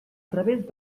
través